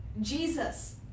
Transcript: Jesus